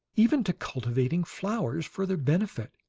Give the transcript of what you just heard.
even to cultivating flowers for their benefit,